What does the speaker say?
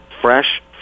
fresh